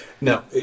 Now